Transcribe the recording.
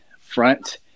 front